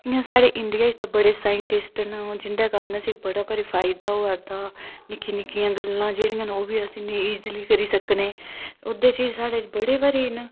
इयां साढ़े इंडिया च ते बड़े साईंटिस्ट न जिंदै कारण असें गी बड़ा फायदा होआ निक्की निक्की गल्लां बी अस बड़ी ईज़ली करी सकने आं ओह्दे च साढै बड़े बारी